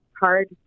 hard